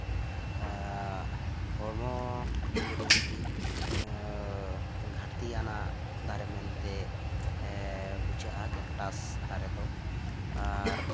ᱦᱚᱲᱢᱚ ᱡᱤᱣᱤ ᱨᱮ ᱢᱤᱫᱴᱤᱡ ᱜᱷᱟᱹᱴᱛᱤᱭᱟᱱᱟᱜ ᱫᱟᱨᱮ ᱢᱮᱱᱛᱮ ᱵᱩᱡᱷᱟᱹᱜᱼᱟ ᱠᱮᱠᱴᱟᱥ ᱫᱟᱨᱮ ᱫᱚ ᱟᱨ